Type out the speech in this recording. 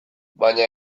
baina